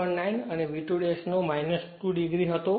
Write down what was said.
9 અને V2 નો 2 o હતો